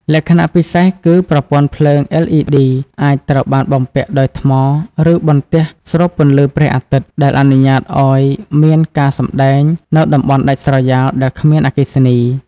លក្ខណៈពិសេសគឺប្រព័ន្ធភ្លើង LED អាចត្រូវបានបំពាក់ដោយថ្ម ឬបន្ទះស្រូបពន្លឺព្រះអាទិត្យ ដែលអនុញ្ញាតឱ្យមានការសម្តែងនៅតំបន់ដាច់ស្រយាលដែលគ្មានអគ្គិសនី។